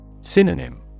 Synonym